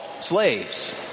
slaves